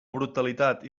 brutalitat